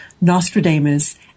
Nostradamus